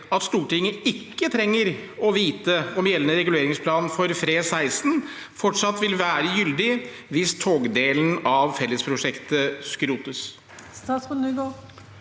at Stortinget ikke trenger å vite om gjeldende reguleringsplan for FRE16 fortsatt vil være gyldig hvis togdelen av fellesprosjektet skrotes?»